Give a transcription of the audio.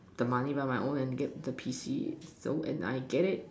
the money by my own and get the P_C so and I get it